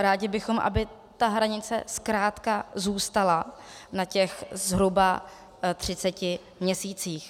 Rádi bychom, aby ta hranice zkrátka zůstala na těch zhruba 30 měsících.